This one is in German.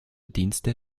dienste